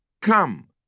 Come